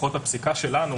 לפחות בפסיקה שלנו,